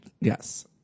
Yes